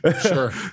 sure